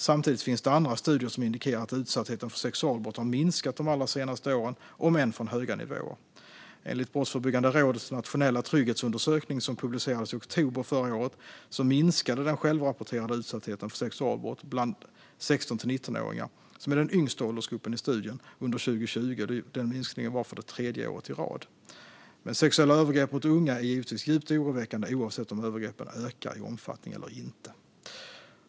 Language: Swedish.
Samtidigt finns det andra studier som indikerar att utsattheten för sexualbrott har minskat de allra senaste åren, om än från höga nivåer. Enligt Brottsförebyggande rådets nationella trygghetsundersökning, som publicerades i oktober förra året, minskade den självrapporterade utsattheten för sexualbrott bland 16-19-åringar, som är den yngsta åldersgruppen i studien, under 2020 för tredje året i rad. Men sexuella övergrepp mot unga är givetvis djupt oroväckande oavsett om övergreppen ökar i omfattning eller inte.